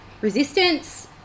resistance